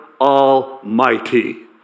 Almighty